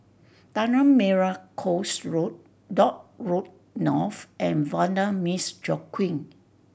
Tanah Merah Coast Road Dock Road North and Vanda Miss Joaquim